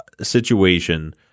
situation